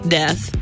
death